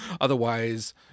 otherwise